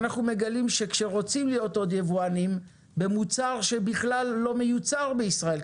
ואנחנו מגלים שכשרוצים להיות עוד יבואנים במוצר שבכלל לא מיוצר בישראל,